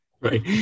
Right